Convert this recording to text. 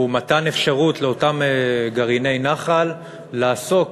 היא מתן אפשרות לאותם גרעיני נח"ל לעסוק